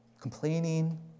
complaining